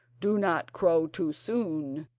do not crow too soon!